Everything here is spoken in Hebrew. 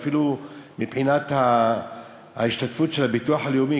אפילו מבחינת ההשתתפות של הביטוח הלאומי.